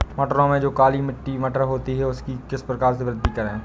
मटरों में जो काली मटर होती है उसकी किस प्रकार से वृद्धि करें?